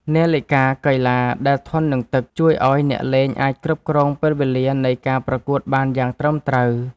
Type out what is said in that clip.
នាឡិកាកីឡាដែលធន់នឹងទឹក ជួយឱ្យអ្នកលេងអាចគ្រប់គ្រងពេលវេលានៃការប្រកួតបានយ៉ាងត្រឹមត្រូវ។